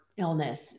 illness